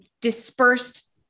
dispersed